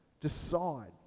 decide